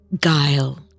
guile